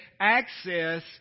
access